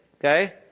Okay